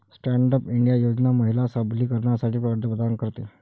stand up India योजना महिला सबलीकरणासाठी कर्ज प्रदान करते